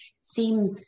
seem